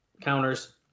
counters